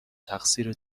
تقصیر